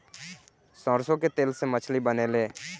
सरसों के तेल से मछली बनेले